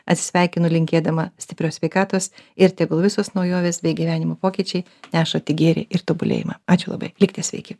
atsisveikinu linkėdama stiprios sveikatos ir tegul visos naujovės bei gyvenimo pokyčiai neša tik gėrį ir tobulėjimą ačiū labai likite sveiki